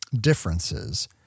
differences